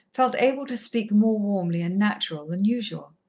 felt able to speak more warmly and natural than usual.